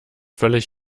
völlig